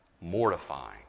mortifying